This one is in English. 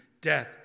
death